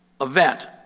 event